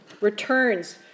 returns